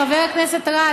חבר הכנסת רז,